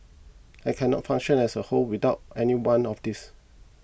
I cannot function as a whole without any one of these